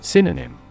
Synonym